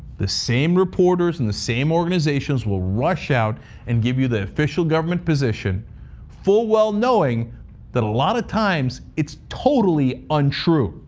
the same reporters and the same organization will rush out and give you the official government position full well knowing that a lot of times, it's totally untrue.